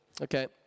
Okay